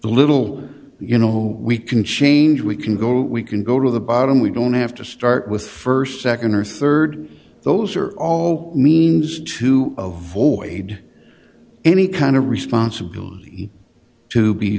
little you know we can change we can go we can go to the bottom we don't have to start with st nd or rd those are all means to avoid any kind of responsibility to be